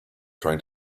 trying